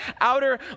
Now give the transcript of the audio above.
outer